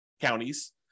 counties